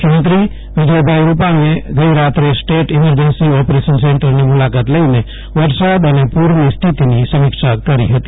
મુખ્યમંત્રી વિજય રૂપાણીએ ગઇરાત્રે સ્ટેટ ઇમરજન્સી ઓપરેશન સેન્ટરની મુલાકાત લઇને વરસાદ અને પુરની સ્થિતિની સમીક્ષા કરી હતી